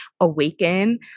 awaken